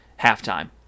halftime